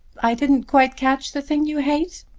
i didn't quite catch the thing you hate?